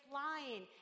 lying